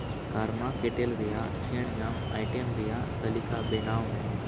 ᱠᱟᱨᱢᱟ ᱠᱮᱴᱮᱞ ᱨᱮᱭᱟᱜ ᱪᱷᱟᱹᱲ ᱧᱟᱢ ᱟᱭᱴᱮᱪ ᱨᱮᱭᱟᱜ ᱛᱟᱹᱞᱤᱠᱟ ᱵᱮᱱᱟᱣ ᱢᱮ